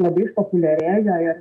labai išpopuliarėjo ir